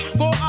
go